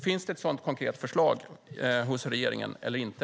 Finns det ett sådant konkret förslag hos regeringen eller inte?